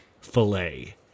filet